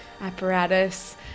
apparatus